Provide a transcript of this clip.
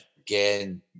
again